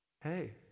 Hey